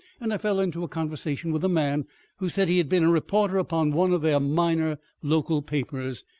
and i fell into conversation with a man who said he had been a reporter upon one of their minor local papers.